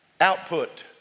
output